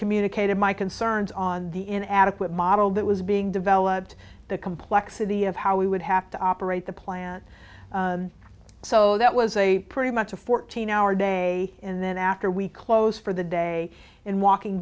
communicated my concerns on the an adequate model that was being developed the complexity of how we would have to operate the plant so that was a pretty much a fourteen hour day and then after we closed for the day in walking